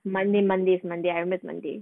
monday monday monday I will met monday